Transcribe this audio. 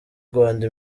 rwanda